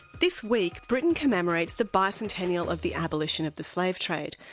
this week britain commemorates the bicentennial of the abolition of the slave trade,